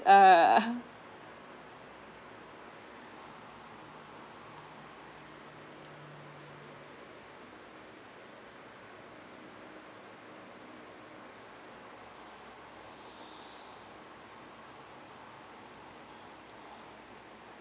uh